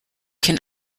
can